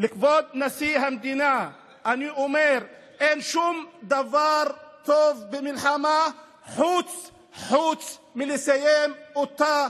לכבוד נשיא המדינה אני אומר: אין שום דבר טוב במלחמה חוץ מלסיים אותה,